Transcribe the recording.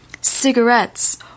Cigarettes